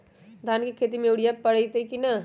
धान के खेती में यूरिया परतइ कि न?